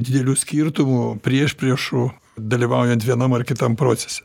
didelių skirtumų priešpriešų dalyvaujant vienam ar kitam procese